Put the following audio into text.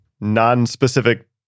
non-specific